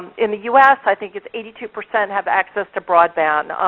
in the us, i think it's eighty two percent have access to broadband,